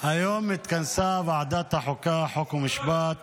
היום התכנסה ועדת החוקה, חוק ומשפט